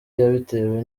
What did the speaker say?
yabitewe